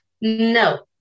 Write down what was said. No